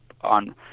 on